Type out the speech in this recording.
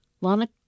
Lana